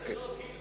אתה כזקן.